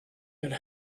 could